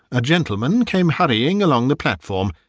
a gentleman came hurrying along the platform,